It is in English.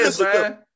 Man